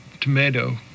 tomato